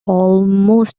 almost